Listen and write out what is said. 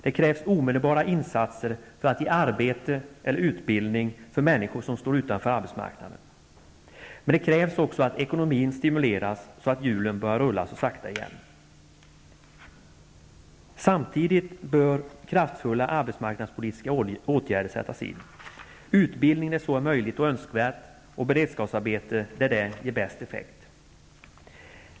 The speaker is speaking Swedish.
Det krävs omedelbara insatser för att ge arbete eller utbildning till människor som står utanför arbetsmarknaden. Men det krävs också att ekonomin stimuleras så att hjulen börjar rulla så sakta igen. Samtidigt bör kraftfulla arbetsmarknadspolitiska åtgärder sättas in. Man skall sätta in utbildning där så är möjligt och önskvärt och beredskapsarbete där det ger bäst effekt.